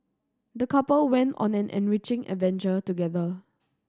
the couple went on an enriching adventure together